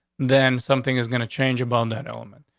then something is going to change about that element.